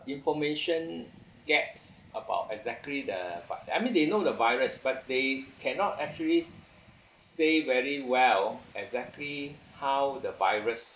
information gaps about exactly the vi~ that I mean they know the virus but they cannot actually say very well exactly how the virus